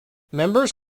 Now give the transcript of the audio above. members